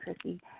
Chrissy